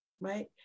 right